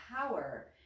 power